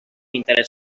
interès